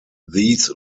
these